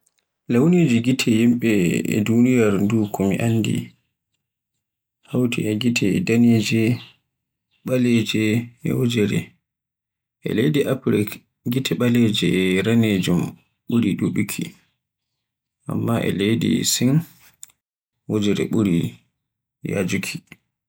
Launiji gite yimɓe e duniyaaru ndu ko mi anndita ni hawti e gite daneje, ɓalaeje, e wojeere. e leydi Afrik gite ɓalejum e ranejum ɓuri ɗuɗuki, amma e leydi Sin wojeere ɓuri yajuuki.